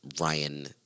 Ryan